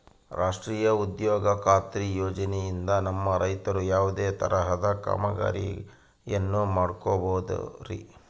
ರಾಷ್ಟ್ರೇಯ ಉದ್ಯೋಗ ಖಾತ್ರಿ ಯೋಜನೆಯಿಂದ ನಮ್ಮ ರೈತರು ಯಾವುದೇ ತರಹದ ಕಾಮಗಾರಿಯನ್ನು ಮಾಡ್ಕೋಬಹುದ್ರಿ?